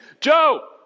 Joe